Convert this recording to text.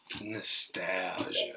Nostalgia